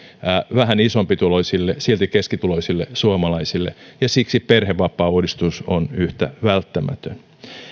vähän isompituloisille silti keskituloisille suomalaisille ja siksi perhevapaauudistus on yhtä välttämätön